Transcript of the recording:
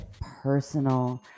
personal